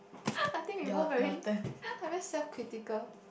I think we all very like very self typical